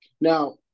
now